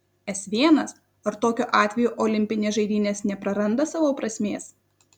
s l ar tokiu atveju olimpinės žaidynės nepraranda savo prasmės